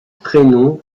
prénom